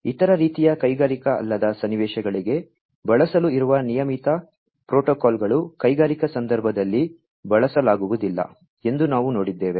ಇತರ ರೀತಿಯ ಕೈಗಾರಿಕಾ ಅಲ್ಲದ ಸನ್ನಿವೇಶಗಳಿಗೆ ಬಳಸಲು ಇರುವ ನಿಯಮಿತ ಪ್ರೋಟೋಕಾಲ್ಗಳು ಕೈಗಾರಿಕಾ ಸಂದರ್ಭದಲ್ಲಿ ಬಳಸಲಾಗುವುದಿಲ್ಲ ಎಂದು ನಾವು ನೋಡಿದ್ದೇವೆ